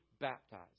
baptized